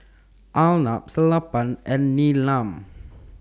Arnab Sellapan and Neelam